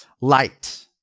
light